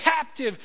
captive